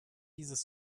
dieses